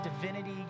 divinity